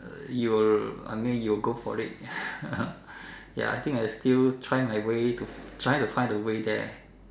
you will I mean you will go for it ya I think I still try my way to try to find the way there